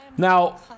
Now